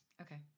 Okay